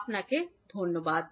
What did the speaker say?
আপনাকে ধন্যবাদ